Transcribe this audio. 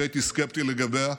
הייתי סקפטי לגביה,